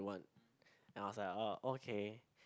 want and I was like uh okay